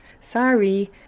Sorry